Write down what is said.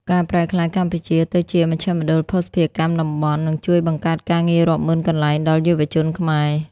ការប្រែក្លាយកម្ពុជាទៅជា "មជ្ឈមណ្ឌលភស្តុភារកម្មតំបន់" នឹងជួយបង្កើតការងាររាប់ម៉ឺនកន្លែងដល់យុវជនខ្មែរ។